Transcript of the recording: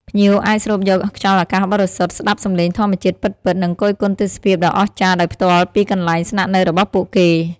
ភ្ញៀវអាចស្រូបយកខ្យល់អាកាសបរិសុទ្ធ ស្តាប់សំឡេងធម្មជាតិពិតៗ និងគយគន់ទេសភាពដ៏អស្ចារ្យដោយផ្ទាល់ពីកន្លែងស្នាក់នៅរបស់ពួកគេ។